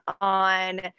on